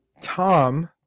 Tom